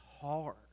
hard